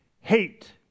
Hate